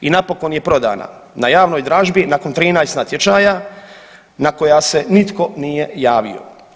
I napokon je prodana na javnoj dražbi nakon 13 natječaja na koja se nitko nije javio.